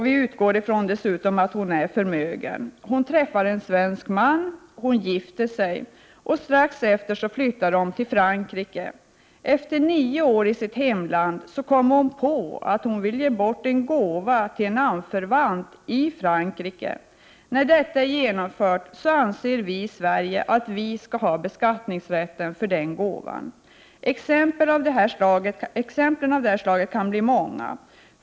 Vi utgår ifrån att hon är förmögen. Hon träffar en svensk man och gifter sig. Strax efter flyttar de till Frankrike. Efter nio år i sitt hemland kommer hon på att hon vill ge bort en gåva till en anförvant i Frankrike. När detta är genomfört anser vi i Sverige att vi skall ha beskattningsrätten för den gåvan. Exemplen av detta slag kan bli många.